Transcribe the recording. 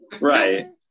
right